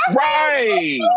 Right